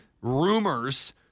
rumors